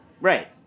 Right